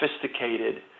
sophisticated